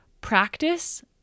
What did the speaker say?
practice